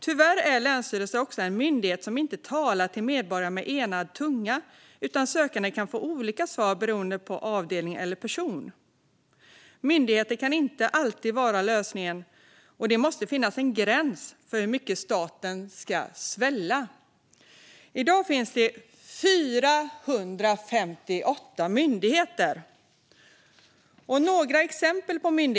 Tyvärr är länsstyrelserna också myndigheter som inte talar till medborgare med en röst, utan sökande kan få olika svar beroende på avdelning eller person. Myndigheter kan inte alltid vara lösningen. Det måste finnas en gräns för hur mycket staten ska svälla. I dag finns det 458 myndigheter. Jag ska ge några exempel.